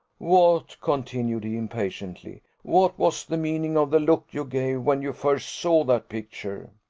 what, continued he impatiently, what was the meaning of the look you gave, when you first saw that picture?